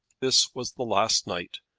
this was the last night,